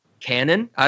canon